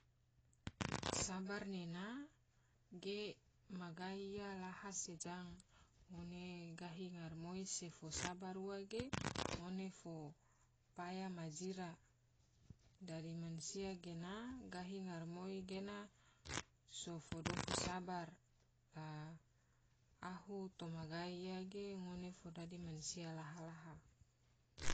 Sabar nena ge ena ma gai iya lahaa se jang, ngone gahi ngaramoi se fo sabar ua ge ngone fo paya ma jira, dadi mansia gena gahi ngaramoi gena so fo dofu sabar la ngone na ahu toma gai iya ge ngone fo dadi mansia laha laha.